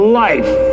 life